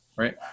Right